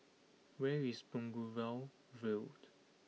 where is Boulevard Vue